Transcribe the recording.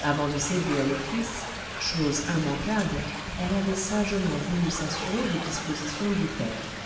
avant de séduire le fils chose immanquable elle avait sagement voulu s'assurer des dispositions du père